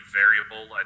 variable